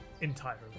entirely